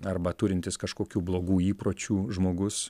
arba turintis kažkokių blogų įpročių žmogus